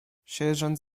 sierżant